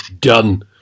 done